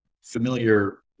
familiar